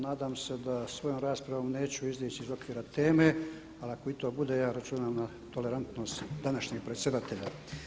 Nadam se da svojom raspravom neću izići iz okvira teme, ali ako i to bude ja računam na tolerantnost današnjeg predsjedatelja.